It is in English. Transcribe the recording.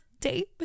date